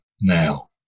Now